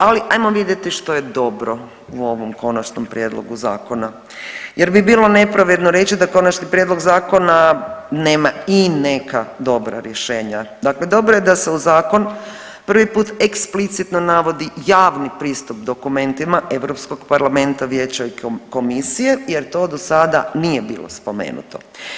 Ali ajmo vidjeti što je dobro u ovom konačnom prijedlogu zakona jer bi bilo nepravedno reći da konačni prijedlog zakona nema i neka dobra rješenja, dakle dobro je da se u zakon prvi put eksplicitno navodi javni pristup dokumentima Europskog parlamenta, vijeća i komisije jer to dosada nije bilo spomenuto.